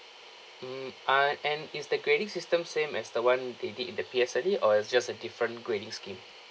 mm are and is the grading system same as the one they did in the P_S_L_E or it's just a different grading scheme